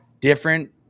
different